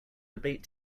debate